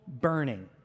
burning